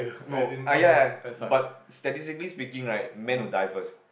no ah ya ya ya but statistically speaking like man will die first